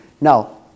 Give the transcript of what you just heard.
Now